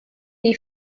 they